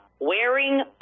wearing